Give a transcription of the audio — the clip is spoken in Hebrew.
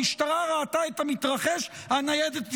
המשטרה ראתה את המתרחש, הניידת הסתובבה.